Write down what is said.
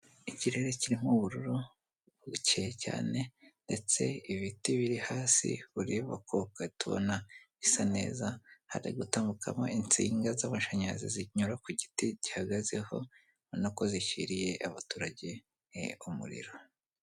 Ikirere kirimo ubururu bukeye cyane ndetse ibiti biri hasi ureba ko ugahita ubona bisa neza, hari gutandukamo insinga z'amashanyarazi zinyura ku giti gihagazeho, ubona ko zishyiriye abaturage umuriro.